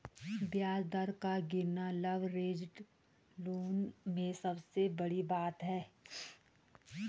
ब्याज दर का गिरना लवरेज्ड लोन में सबसे बड़ी बात है